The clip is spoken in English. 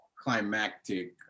climactic